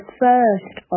first